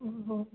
हो